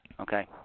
Okay